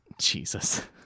Jesus